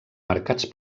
marcats